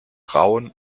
rauen